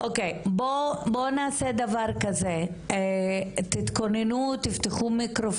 נמצאים איתי כאן בלה רדונסקי ולירון